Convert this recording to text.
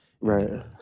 Right